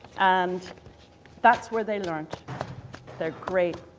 and that's where they learned their great